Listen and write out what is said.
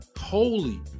holy